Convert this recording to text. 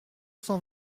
cent